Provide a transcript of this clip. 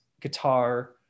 guitar